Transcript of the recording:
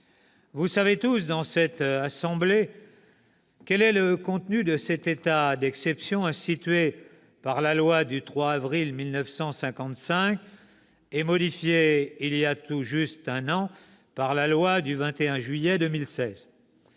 Vous savez tous dans cette Haute Assemblée quel est le contenu de cet état d'exception, institué par la loi du 3 avril 1955 et modifié voilà tout juste un an par la loi du 21 juillet 2016.